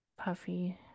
Puffy